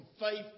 faith